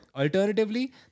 Alternatively